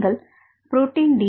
நீங்கள் protein D